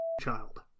child